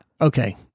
Okay